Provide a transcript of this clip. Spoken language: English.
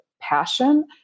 passion